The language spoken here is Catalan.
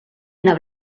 una